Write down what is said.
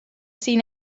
seen